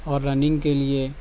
اور رننگ کے لیے